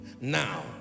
now